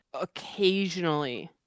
occasionally